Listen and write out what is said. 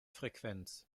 frequenz